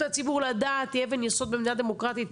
הציבור לדעת היא אבן יסוד במדינה דמוקרטית,